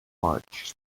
march